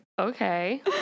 okay